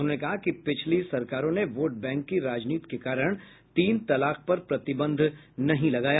उन्होंने कहा कि पिछली सरकारों ने वोट बैंक की राजनीति के कारण तीन तलाक पर प्रतिबंध नहीं लगाया